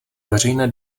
veřejné